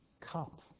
cup